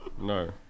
No